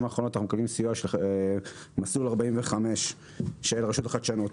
האחרונות אנחנו מקבלים סיוע של מסלול 45 של רשות החדשנות.